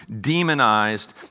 demonized